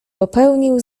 popełnił